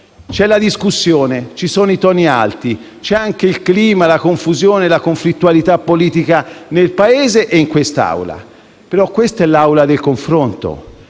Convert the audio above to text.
c'è la discussione, ci sono i toni alti, ci sono anche il clima, la confusione e la conflittualità politica nel Paese e in quest'Assemblea, però questa è l'Assemblea del confronto,